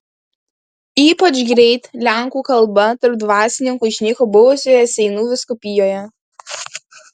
ypač greit lenkų kalba tarp dvasininkų išnyko buvusioje seinų vyskupijoje